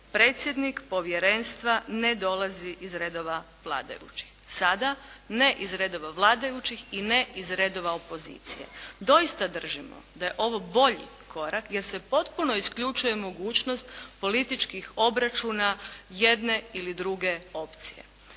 predsjednik povjerenstva ne dolazi iz redova vladajućih. Sada ne iz redova vladajućih i ne iz redova opozicije. Doista držimo da je ovo bolji korak jer se potpuno isključuje mogućnost političkih obračuna jedne ili druge opcije.